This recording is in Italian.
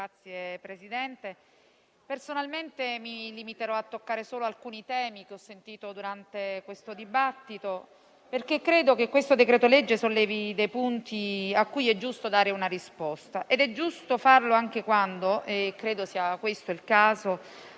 Signor Presidente, personalmente mi limiterò a toccare solo alcuni temi che ho sentito durante questo dibattito, perché credo che il decreto-legge in esame sollevi dei punti a cui è giusto dare una risposta ed è giusto farlo anche quando - e credo sia questo il caso